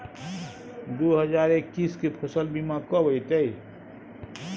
दु हजार एक्कीस के फसल बीमा कब अयतै?